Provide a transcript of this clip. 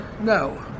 No